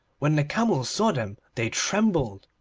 when the camels saw them they trembled.